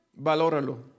Valóralo